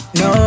no